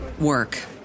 work